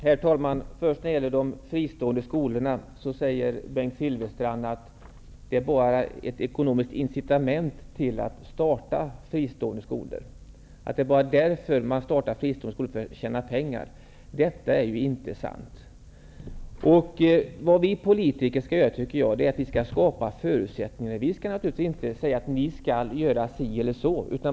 Herr talman! Bengt Silfverstrand säger att man startar fristående skolor bara för att man fått ett ekonomiskt incitament, bara för att tjäna pengar. Detta är ju inte sant. Vad vi politiker skall göra tycker jag är att skapa förutsättningar. Vi skall inte säga: Ni skall göra si eller så.